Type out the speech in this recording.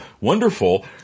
wonderful